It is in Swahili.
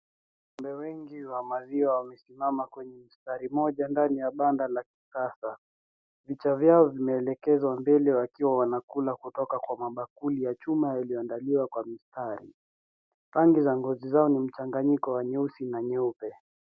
Ngombe wengi wa maziwa wamesimama kwa mstari mmoja ndani ya banda la kisasa. Vichwa vyao vimeelekezwa mbele wakiwa wanakula kutoka kwa mabakuli ya chuma yalio andaliwa kwa mistari. Rangi za ngonzi zao ni mchanganyiko wa nyeusi na nyeupe.